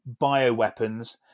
bioweapons